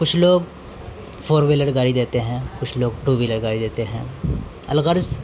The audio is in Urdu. کچھ لوگ فور وہیلر گاڑی دیتے ہیں کچھ لوگ ٹو وہیلر گاڑی دیتے ہیں الغرض